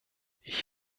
ich